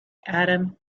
adam